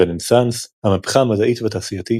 הרנסאנס, המהפכה המדעית והתעשייתית,